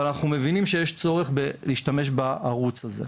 אנחנו מבינים שיש צורך להשתמש בערוץ הזה.